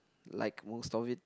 like most of it